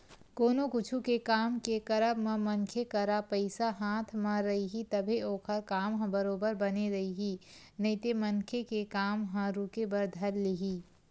कोनो कुछु के काम के करब म मनखे करा पइसा हाथ म रइही तभे ओखर काम ह बरोबर बने रइही नइते मनखे के काम ह रुके बर धर लिही